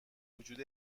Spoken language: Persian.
وجود